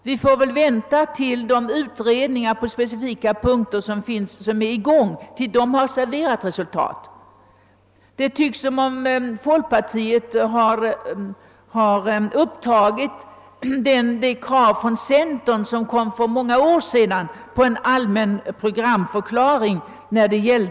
Vi får väl vänta till dess de utredningar som är i gång på specifika punkter har presenterat sina resultat. Det verkar som om man i folkpartiet har tagit upp det krav som centern för många år sedan förde fram om en allmän programförklaring beträffande miljön.